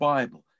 Bible